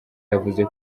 yavuze